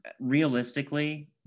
realistically